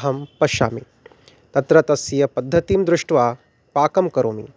अहं पश्यामि तत्र तस्य पद्धतिं दृष्ट्वा पाकं करोमि